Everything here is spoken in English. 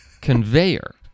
conveyor